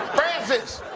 frances?